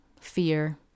fear